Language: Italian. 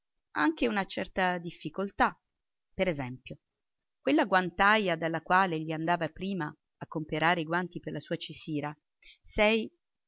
anche una certa difficoltà per esempio quella guantaja dalla quale egli andava prima a comperare i guanti per la sua esira e